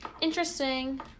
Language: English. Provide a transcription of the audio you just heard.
Interesting